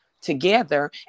together